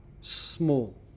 small